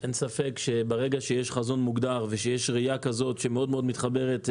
אין ספק שברגע שיש חזון מוגדר ויש ראייה כזאת שמאוד מתחברת.